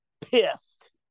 pissed